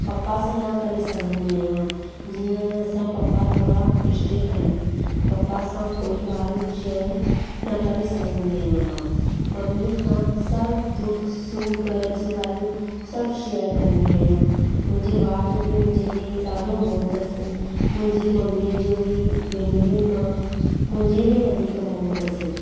पप्पा सां न करे सघंदी आहियां जीअं असांजा पप्पा थोरा स्ट्रिक आहिनि त पप्पा सां कोई ॻाल्हि शेअर न करे सघंदी आहियां मां मम्मीअ सां सभु दुख सुख घर जी ॻाल्हियूं सभु शेअर कंदी आहियां मुंहिंजे भाउ जो बि मुंहिंजे में ॾाढो मोह अथसि मुंहिंजी मम्मीअ जो बि भेनरुनि में मुंहिंजे में वधीक मोह अथसि